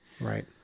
Right